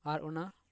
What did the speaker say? ᱟᱨ ᱚᱱᱟ